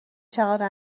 چقدر